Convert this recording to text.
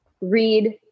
read